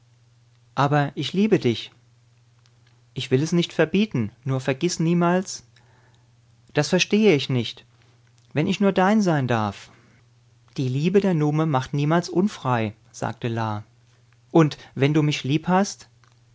aber ich liebe dich ich will es nicht verbieten nur vergiß niemals das verstehe ich nicht wenn ich nur dein sein darf die liebe der nume macht niemals unfrei sagte la und wenn du mich lieb